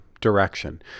direction